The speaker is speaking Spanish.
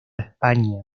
españa